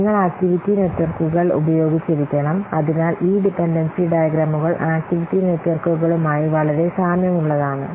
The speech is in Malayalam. നിങ്ങൾ ആക്റ്റിവിറ്റി നെറ്റ്വർക്കുകൾ ഉപയോഗിച്ചിരിക്കണം അതിനാൽ ഈ ഡിപൻഡൻസി ഡയഗ്രമുകൾ ആക്റ്റിവിറ്റി നെറ്റ്വർക്കുകളുമായി വളരെ സാമ്യമുള്ളതാണ്